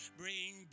bring